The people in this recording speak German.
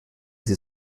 sie